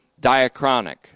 diachronic